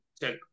check